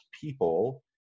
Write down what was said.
people